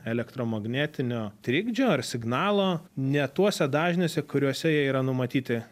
elektromagnetinio trikdžio ar signalo ne tuose dažniuose kuriuose jie yra numatyti